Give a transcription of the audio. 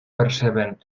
perceben